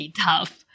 tough